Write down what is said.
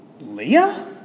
Leah